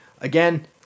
Again